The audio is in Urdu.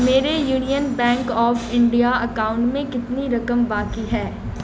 میرے Union Bank of India account میں کتنی رقم باقی ہے